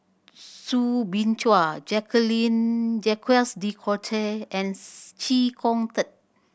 Soo Bin Chua Jacques De Coutre and Chee Kong Tet